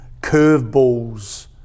curveballs